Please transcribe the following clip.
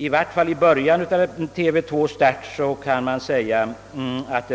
Åtminstone vid TV 2:s start